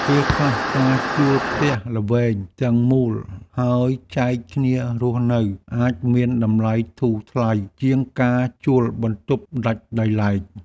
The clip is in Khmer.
ពេលខ្លះការជួលផ្ទះល្វែងទាំងមូលហើយចែកគ្នារស់នៅអាចមានតម្លៃធូរថ្លៃជាងការជួលបន្ទប់ដាច់ដោយឡែក។